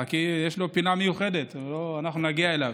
חכי, כי יש לו פינה מיוחדת, אנחנו נגיע אליו.